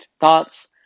thoughts